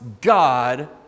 God